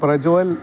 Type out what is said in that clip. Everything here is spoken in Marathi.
प्रज्वल